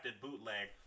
bootleg